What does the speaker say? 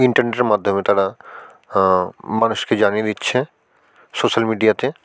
ইন্টারনেটের মাধ্যমে তারা মানুষকে জানিয়ে দিচ্ছে সোশ্যাল মিডিয়াতে